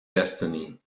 destiny